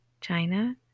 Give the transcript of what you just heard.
China